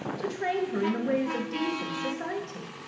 to train her in the ways of decent society!